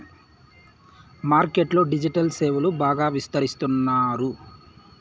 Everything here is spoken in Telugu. మార్కెట్ లో డిజిటల్ సేవలు బాగా విస్తరిస్తున్నారు